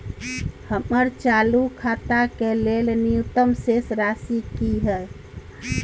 हमर चालू खाता के लेल न्यूनतम शेष राशि की हय?